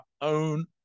own